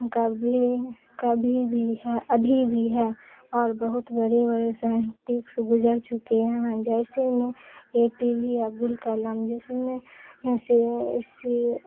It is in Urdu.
کبھی کبھی بھی ہے ابھی بھی ہے اور بہت بڑے بڑے سائنٹکس گزر چکے ہیں جیسے میں A P J Abdul Kalam جیسے میں سے سے